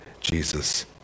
Jesus